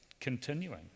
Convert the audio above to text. Continuing